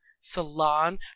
Salon